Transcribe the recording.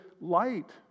light